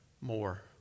more